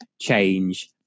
change